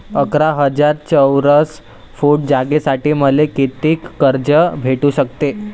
अकरा हजार चौरस फुट जागेसाठी मले कितीक कर्ज भेटू शकते?